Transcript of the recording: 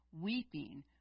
weeping